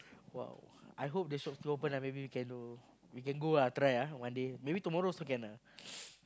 !wow! I hope the shop still open ah maybe we can go we can go lah try ah one day maybe tomorrow also can ah